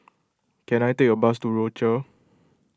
can I take a bus to Rochor